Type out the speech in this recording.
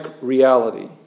reality